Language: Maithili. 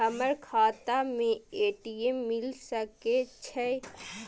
हमर खाता में ए.टी.एम मिल सके छै?